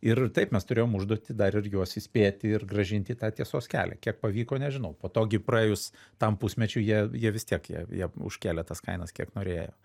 ir taip mes turėjom užduotį dar ir juos įspėti ir grąžint į tiesos kelią kiek pavyko nežinau po to gi praėjus tam pusmečiui jie jie vis tiek jie jie užkėlė tas kainas kiek norėjo